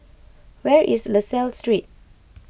where is La Salle Street